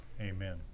Amen